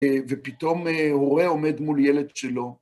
ופתאום הורה עומד מול ילד שלו.